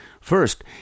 First